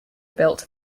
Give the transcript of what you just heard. built